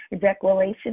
declaration